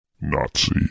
Nazi